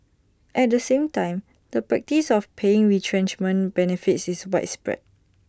at the same time the practice of paying retrenchment benefits is widespread